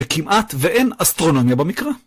כמעט ואין אסטרונומיה במקרא.